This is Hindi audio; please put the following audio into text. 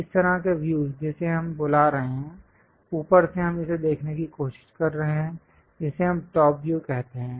इस तरह के व्यूज़ जिसे हम बुला रहे हैं ऊपर से हम इसे देखने की कोशिश कर रहे हैं जिसे हम टॉप व्यू कहते हैं